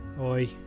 Oi